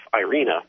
Irina